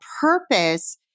purpose